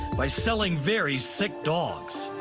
by selling very sick dogs.